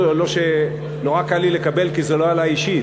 לא שנורא קל לי לקבל כי זה לא עלי אישית,